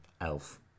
Elf